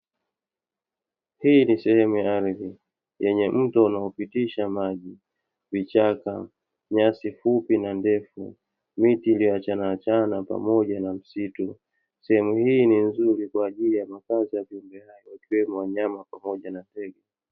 Hii ni sehemu ya ardhi, yenye mto unaopitisha maji, vichaka, nyasi fupi na ndefu miti iliyo achanaachana pamoja na msitu. Sehemu hii ni nzuri kwa ajili ya makazi ya viumbe hai wanyama pamoja na ndege.